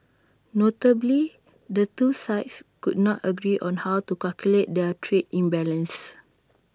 notably the two sides could not agree on how to calculate their trade imbalance